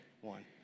one